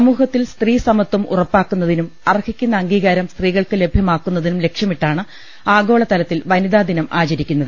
സമൂഹത്തിൽ സ്ത്രീ സമത്വം ഉറപ്പാക്കുന്നതിനും അർഹിക്കുന്ന അംഗീകാരം സ്ത്രീകൾക്ക് ലഭ്യ മാക്കുന്നതിനും ലക്ഷ്യമിട്ടാണ് ആഗോള തലത്തിൽ വനിതാ ദിനം ആച രിക്കുന്നത്